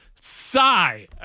Sigh